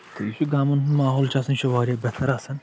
تہٕ یُس یہِ گامَن ہُنٛد ماحول چھُ آسان یہِ چھُ واریاہ بہتر آسان